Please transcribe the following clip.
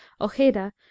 Ojeda